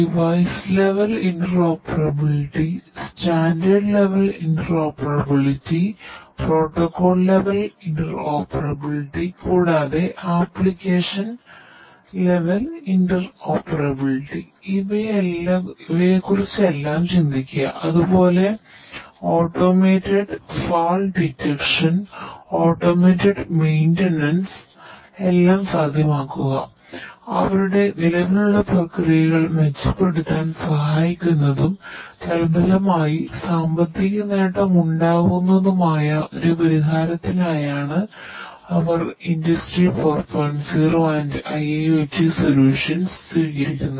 device level interoperability സ്വീകരിക്കുന്നത്